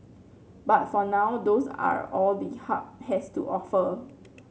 but for now those are all the Hub has to offer